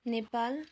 Nepal